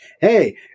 hey